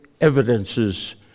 evidences